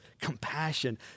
compassion